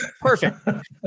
Perfect